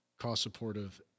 cost-supportive